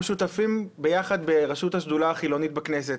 אנחנו שותפים ביחד בראשות השדולה החילונית בכנסת.